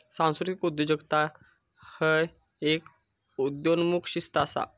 सांस्कृतिक उद्योजकता ह्य एक उदयोन्मुख शिस्त असा